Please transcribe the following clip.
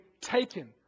taken